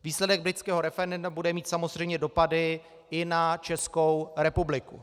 Výsledek britského referenda bude mít samozřejmě dopady i na Českou republiku.